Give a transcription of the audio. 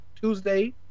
Tuesday